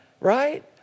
right